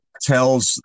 tells